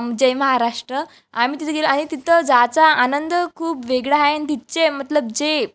जय महाराष्ट्र आम्ही तिथे गेलो आणि तिथं जायचा आनंद खूप वेगळं आहे आणि तिथचे मतलब जे